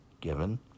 given